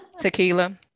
tequila